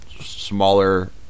smaller